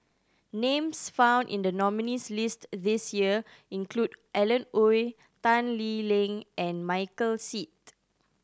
names found in the nominees' list this year include Alan Oei Tan Lee Leng and Michael Seet